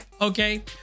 Okay